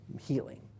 healing